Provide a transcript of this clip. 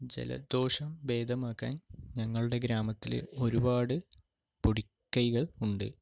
ജലദോഷം ഭേദമാക്കാൻ ഞങ്ങളുടെ ഗ്രാമത്തില് ഒരുപാട് പൊടിക്കൈകൾ ഉണ്ട്